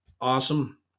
awesome